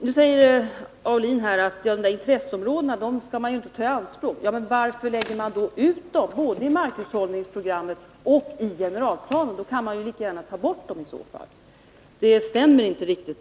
Nu säger Olle Aulin att dessa intresseområden inte skall tas i anspråk. Men varför lägger man då ut dem i markhushållningsprogrammet och i generalplanen? Då kan man i så fall lika gärna ta bort dem. Denna argumentation stämmer inte riktigt.